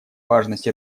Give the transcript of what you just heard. важность